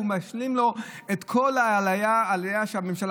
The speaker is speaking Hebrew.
והוא משלים לו את כל העלייה של הממשלה.